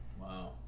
Wow